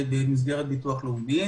זה דרך ביטוח לאומי,